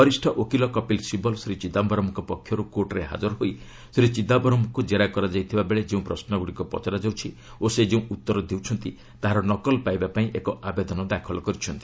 ବରିଷ୍ଠ ଓକିଲ କପିଲ ଶିବଲ ଶ୍ରୀ ଚିଦାୟରମ୍ଙ୍କ ପକ୍ଷରୁ କୋର୍ଟ୍ରେ ହାଜର ହୋଇ ଶ୍ରୀ ଚିଦାୟରମ୍ଙ୍କୁ ଜେରା କରାଯାଉଥିବା ବେଳେ ଯେଉଁ ପ୍ରଶ୍ନଗୁଡ଼ିକ ପଚରା ଯାଉଛି ଓ ସେ ଯେଉଁ ଉତ୍ତର ଦେଉଛନ୍ତି ତାହାର ନକଲ ପାଇବା ପାଇଁ ଏକ ଆବେଦନ ଦାଖଲ କରିଛନ୍ତି